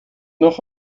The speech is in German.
noch